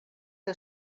que